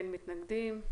אין מתנגדים.